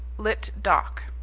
litt. doc.